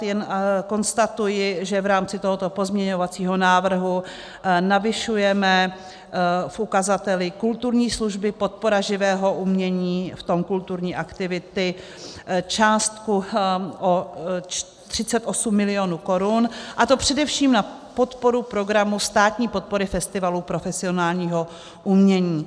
Jen konstatuji, že v rámci tohoto pozměňovacího návrhu navyšujeme v ukazateli kulturní služby, podpora živého umění, v tom kulturní aktivity částku o 38 mil. korun, a to především na podporu programu státní podpory festivalů profesionálního umění.